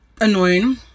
annoying